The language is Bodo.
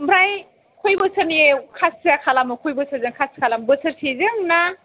ओमफ्राय खयबोसोरनि खासिया खालामो खयबोसोरजों खासि खालामो बोसोरजों ना